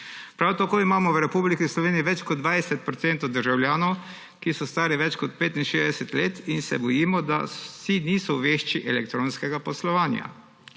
Prav tako imamo v Republiki Sloveniji več kot 20 procentov državljanov, ki so stari več kot 65 let, in se bojimo, da vsi niso vešči elektronskega poslovanja.